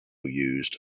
used